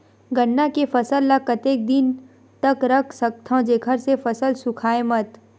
गन्ना के फसल ल कतेक दिन तक रख सकथव जेखर से फसल सूखाय मत?